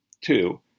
two